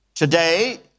Today